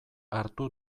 hartu